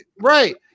right